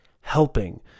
helping